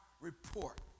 report